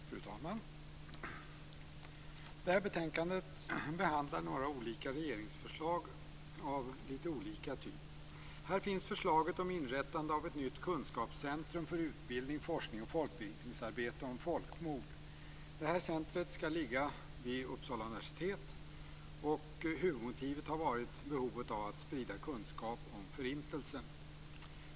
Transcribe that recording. Fru talman! Det här betänkandet behandlar några olika regeringsförslag av litet olika slag. Här finns förslaget om inrättande av ett nytt kunskapscentrum för utbildning, forskning och folkbildningsarbete om folkmord. Detta centrum skall ligga vid Uppsala universitet. Huvudmotivet har varit behovet av att sprida kunskap om Förintelsen.